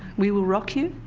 we will rock you.